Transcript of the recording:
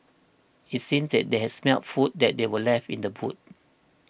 it seemed that they had smelt the food that they were left in the boot